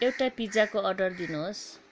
एउटा पिज्जाको अर्डर दिनुहोस्